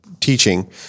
teaching